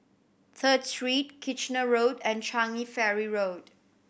Third Street Kitchener Road and Changi Ferry Road